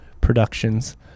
productions